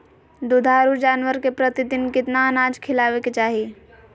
दुधारू जानवर के प्रतिदिन कितना अनाज खिलावे के चाही?